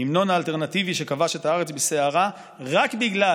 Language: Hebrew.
ההמנון האלטרנטיבי שכבש את הארץ בסערה רק בגלל